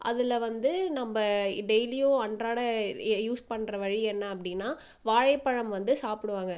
அதில் வந்து நம்ம டெய்லியும் அன்றாடம் யூஸ் பண்ணுற வழி என்ன அப்படின்னா வாழைப்பழம் வந்து சாப்பிடுவாங்க